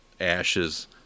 ashes